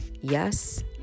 yes